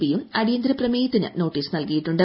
പിയും അടിയന്തരപ്രമേയത്തിന് നോട്ടീസ് നൽകിയിട്ടുണ്ട്